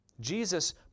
Jesus